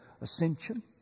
ascension